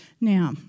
Now